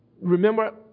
Remember